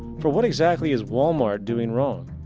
for what exactly is walmart doing wrong?